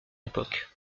époque